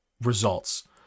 results